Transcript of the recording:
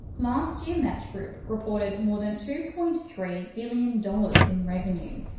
last year, match group reported more than two point three billion dollars in revenue.